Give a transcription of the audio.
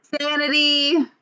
Sanity